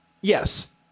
Yes